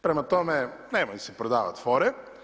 Prema tome, nemojmo si prodavat fore.